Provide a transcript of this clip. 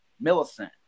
Millicent